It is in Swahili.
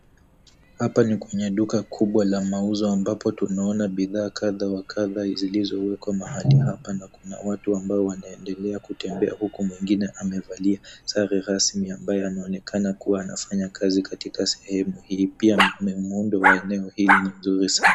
Hapa ni kwenye duka kubwa la mauzo ambapo tunaona bidhaa kadha wa kadha zilizowekwa mahali hapa na kuna watu ambao wanaendelea kutembea huku mwingine amevalia sare rasmi ambayo yanaonekana kuwa anafanya kazi katika sehemu hii. Pia muundo wa eneo hili ni mzuri sana.